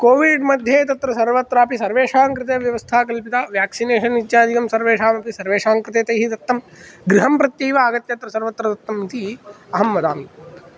COVID मध्ये तत्र सर्वत्रापि सर्वेषां कृते व्यवस्था कल्पिता व्याक्सिनेशन् इत्यादिकं सर्वेषामपि सर्वेषां कृते तैः दत्तं गृहम् प्रत्यैव आगत्य तत्र सर्वत्र दत्तम् इति अहं वदामि